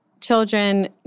children